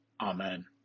Amen